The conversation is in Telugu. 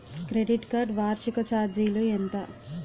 క్రెడిట్ కార్డ్ వార్షిక ఛార్జీలు ఎంత?